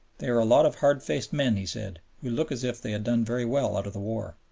they are a lot of hard-faced men, he said, who look as if they had done very well out of the war.